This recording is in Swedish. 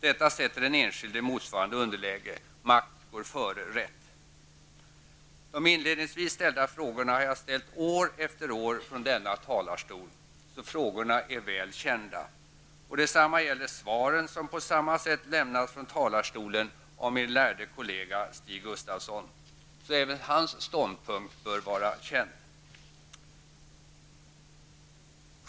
Detta sätter den enskilde i motsvarande underläge. Makt går före rätt. De inledningsvis ställda frågorna har jag ställt år efter år från denna talarstol. Så frågorna är väl kända. Detsamma gäller svaren som på samma sätt lämnats från talarstolen av min lärde kollega Stig Gustafsson. Så även hans ståndpunkt bör vara väl känd.